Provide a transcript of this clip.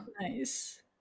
nice